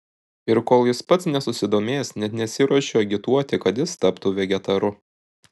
ir kol jis pats nesusidomės net nesiruošiu agituoti kad jis taptų vegetaru